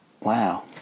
wow